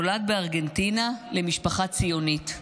נולד בארגנטינה למשפחה ציונית,